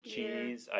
Cheese